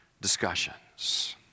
discussions